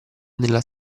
nella